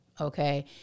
Okay